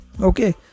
okay